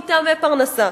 מטעמי פרנסה.